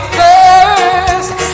first